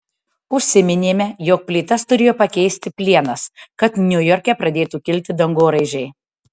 užsiminėme jog plytas turėjo pakeisti plienas kad niujorke pradėtų kilti dangoraižiai